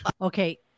Okay